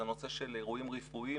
זה נושא של אירועים רפואיים,